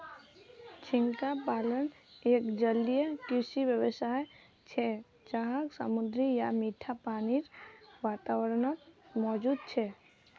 झींगा पालन एक जलीय कृषि व्यवसाय छे जहाक समुद्री या मीठा पानीर वातावरणत मौजूद छे